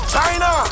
China